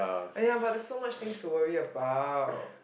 !aiya! but there's so much things to worry about